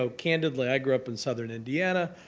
so candidly, i grew up in southern indiana,